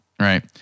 right